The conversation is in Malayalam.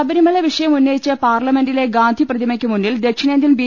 ശബരിമല വിഷയം ഉന്നയിച്ച് പാർലമെന്റിലെ ഗാന്ധിപ്രതി മയ്ക്ക് മുന്നിൽ ദക്ഷിണേന്ത്യൻ ബി